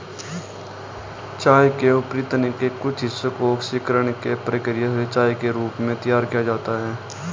चाय के ऊपरी तने के कुछ हिस्से को ऑक्सीकरण की प्रक्रिया से चाय के रूप में तैयार किया जाता है